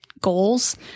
goals